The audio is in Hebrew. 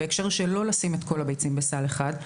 בהקשר של לא לשים את כל הביצים בסל אחד,